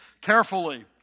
carefully